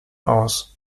aus